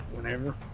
whenever